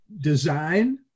design